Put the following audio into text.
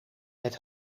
het